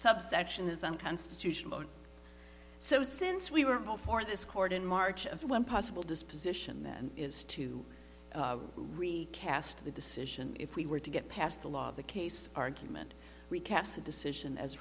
subsection is unconstitutional so since we were before this court in march of one possible disposition that is to recast the decision if we were to get past the law of the case argument recast the decision as